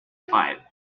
five